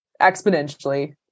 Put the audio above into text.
exponentially